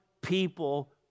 people